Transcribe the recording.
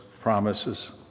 promises